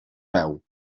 veu